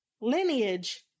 lineage